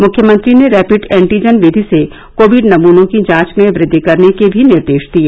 मुख्यमंत्री ने rapid antigen विधि से कोविड नमुनों की जांच में वुद्वि करने के भी निर्देश दिए